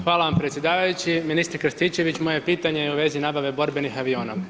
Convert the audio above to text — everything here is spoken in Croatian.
Hvala vam predsjedavajući, ministre Krstičević, moje pitanje je u vezi nabave borbenih aviona.